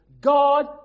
God